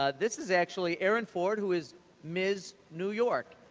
ah this is actually erin ford, who is ms. new york.